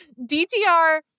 DTR